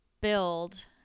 build